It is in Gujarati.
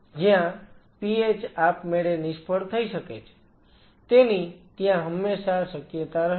જ્યાં pH આપમેળે નિષ્ફળ થઈ શકે છે તેની ત્યાં હંમેશા શક્યતા રહે છે